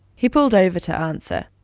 he pulled over to answer.